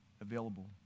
available